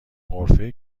غرفه